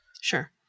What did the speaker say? Sure